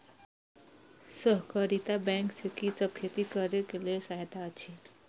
सहकारिता बैंक से कि सब खेती करे के लेल सहायता अछि?